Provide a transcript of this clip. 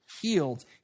healed